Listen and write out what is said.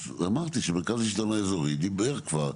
אז אמרתי שמרכז השלטון האזורי דיבר כבר.